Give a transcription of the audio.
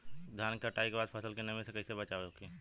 धान के कटाई के बाद फसल के नमी से कइसे बचाव होखि?